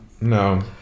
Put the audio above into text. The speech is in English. No